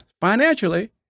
financially